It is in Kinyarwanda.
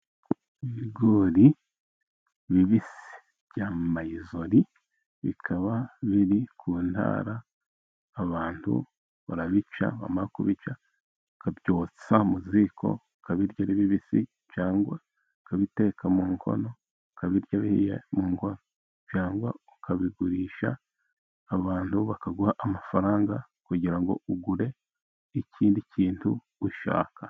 Ibigori bibisi bya mayizori, bikaba biri ku ntara. Abantu barabica, bamara kubica ukabyotsa mu ziko, ukabirya ari bibisi, cyangwa ukabiteka mu nkono. Ukabirya bihiye cyangwa ukabigurisha, abantu bakaguha amafaranga kugira ngo ugure ikindi kintu ushaka.